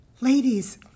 Ladies